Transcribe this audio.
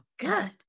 good